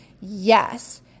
Yes